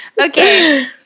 Okay